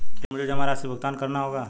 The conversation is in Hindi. क्या मुझे जमा राशि का भुगतान करना होगा?